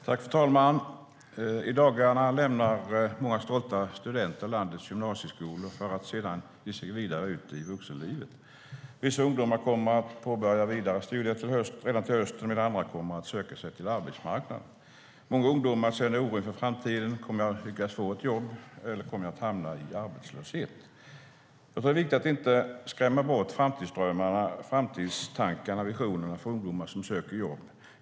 Fru talman! I dagarna lämnar många stolta studenter landets gymnasieskolor för att sedan ge sig vidare ut i vuxenlivet. Vissa ungdomar kommer att påbörja vidare studier redan till hösten medan andra kommer att söka sig till arbetsmarknaden. Många ungdomar känner oro inför framtiden och undrar om de ska lyckas få något jobb eller om de ska hamna i arbetslöshet. Det är viktigt att inte skrämma bort framtidsdrömmarna, framtidstankarna och visionerna från ungdomar som söker jobb.